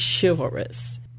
chivalrous